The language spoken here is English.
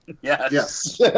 Yes